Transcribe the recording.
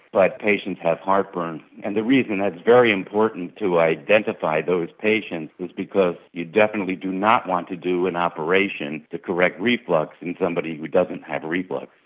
but patients have heartburn, and the reason it's very important to identify those patients is because you definitely do not want to do an operation to correct reflux in somebody who doesn't have reflux.